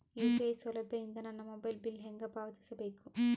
UPI ಸೌಲಭ್ಯ ಇಂದ ನನ್ನ ಮೊಬೈಲ್ ಬಿಲ್ ಹೆಂಗ್ ಪಾವತಿಸ ಬೇಕು?